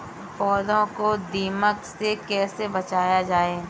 पौधों को दीमक से कैसे बचाया जाय?